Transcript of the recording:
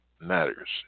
matters